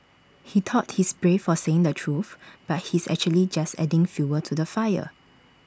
he thought he's brave for saying the truth but he's actually just adding fuel to the fire